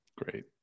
great